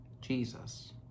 Jesus